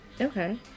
Okay